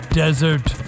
desert